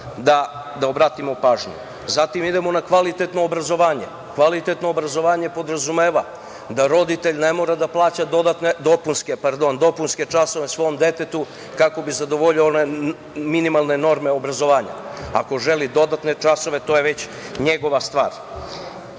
da obratimo pažnju. Zatim, idemo na kvalitetno obrazovanje. Kvalitetno obrazovanje podrazumeva da roditelj ne mora da plaća dopunske časove svom detetu kako bi zadovoljio one minimalne norme obrazovanja. Ako želi dodatne časove, to je već njegova stvar,